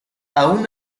aun